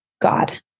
God